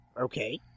Okay